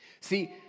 See